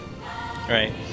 Right